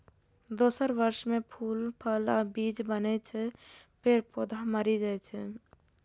दोसर वर्ष मे फूल, फल आ बीज बनै छै, फेर पौधा मरि जाइ छै